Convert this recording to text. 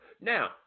Now